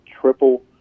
triple